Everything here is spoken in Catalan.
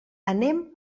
anem